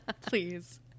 please